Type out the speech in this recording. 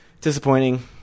disappointing